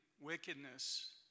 wickedness